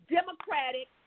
Democratic